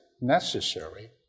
necessary